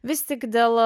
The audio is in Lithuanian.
vis tik dėl